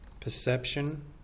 perception